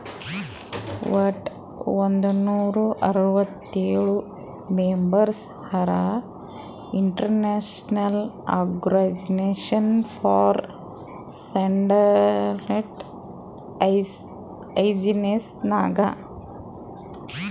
ವಟ್ ಒಂದ್ ನೂರಾ ಅರ್ವತ್ತೋಳ್ ಮೆಂಬರ್ಸ್ ಹರಾ international organization for standardization Nag